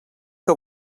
que